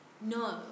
No